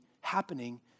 happening